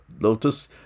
Lotus